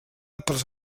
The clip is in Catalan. pels